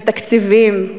בתקציבים,